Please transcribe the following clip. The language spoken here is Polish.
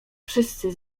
wszyscy